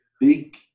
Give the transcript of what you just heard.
Big